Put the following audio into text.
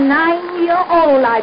nine-year-old